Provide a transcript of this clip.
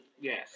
Yes